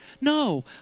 No